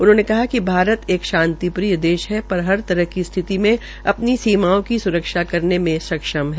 उन्होंने कहा कि भारत एक शांतिप्रिय देश है पर हर तरह की स्थिति में अपनी सीमाओं का सुरक्षा करने में सक्षम है